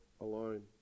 alone